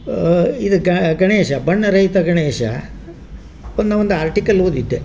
ಇದು ಗಣೇಶ ಬಣ್ಣರಹಿತ ಗಣೇಶ ಅನ್ನೋ ಒಂದು ಆರ್ಟಿಕಲ್ ಓದಿದ್ದೆ